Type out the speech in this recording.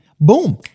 Boom